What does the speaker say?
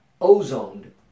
ozone